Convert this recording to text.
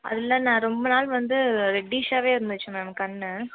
அது இல்லை நான் ரொம்ப நாள் வந்து ரெட்டிஷ்ஷாவே இருந்துச்சு மேம் கண்